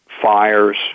fires